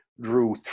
drew